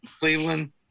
Cleveland